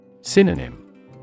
Synonym